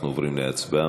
אנחנו עוברים להצבעה.